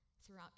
throughout